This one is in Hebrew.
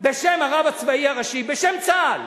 בשם הרב הצבאי הראשי, בשם צה"ל,